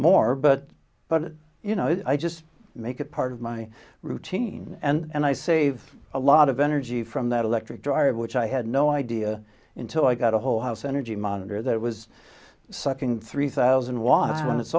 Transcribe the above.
more but but you know i just make it part of my routine and i save a lot of energy from that electric dryer which i had no idea until i got a whole house energy monitor that was sucking three thousand was on